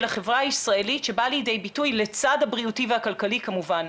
של החברה הישראלית שבא לידי ביטוי לצד הבריאותי והכלכלי כמובן,